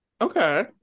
Okay